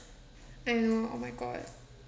I know oh my god